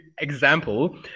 example